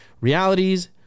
realities